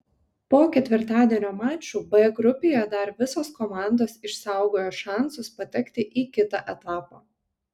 po ketvirtadienio mačų b grupėje dar visos komandos išsaugojo šansus patekti į kitą etapą